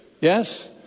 Yes